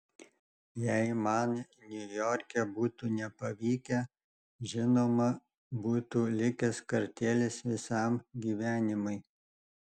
jei man niujorke būtų nepavykę žinoma būtų likęs kartėlis visam gyvenimui